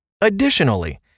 Additionally